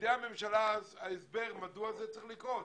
בידי הממשלה ההסבר מדוע זה צריך לקרות,